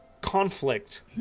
conflict